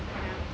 ya